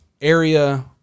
area